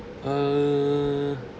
err